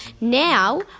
Now